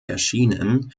erschienen